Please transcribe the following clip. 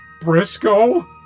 Briscoe